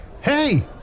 Hey